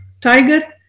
tiger